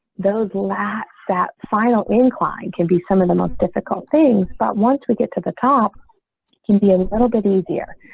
those lat that final inclined can be some of the most difficult things. but once we get to the top can be a little bit easier.